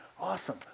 awesome